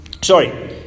sorry